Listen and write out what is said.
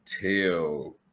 tell